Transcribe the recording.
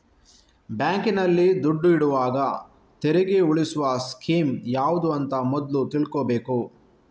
ಬ್ಯಾಂಕಿನಲ್ಲಿ ದುಡ್ಡು ಇಡುವಾಗ ತೆರಿಗೆ ಉಳಿಸುವ ಸ್ಕೀಮ್ ಯಾವ್ದು ಅಂತ ಮೊದ್ಲು ತಿಳ್ಕೊಬೇಕು